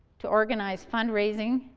to organize fundraising,